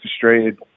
frustrated